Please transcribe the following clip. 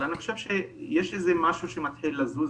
אבל אני חושב שיש איזה משהו שמתחיל לזוז,